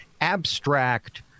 abstract